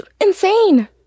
insane